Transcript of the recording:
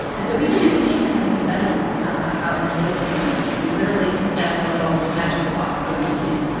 and so we can do the same kinds of studies out in the field with the monkeys. we literally set up a little magical box for the monkeys.